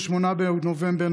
27 בנובמבר,